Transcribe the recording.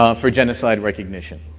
um for genocide recognition.